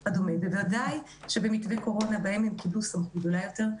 בוודאי במתווה הקורונה שבו הם קיבלו סמכות אפילו גדולה יותר,